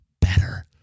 better